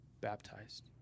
baptized